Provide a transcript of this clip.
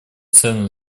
цену